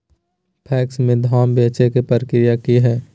PACS में धाम बेचे के प्रक्रिया की हय?